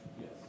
Yes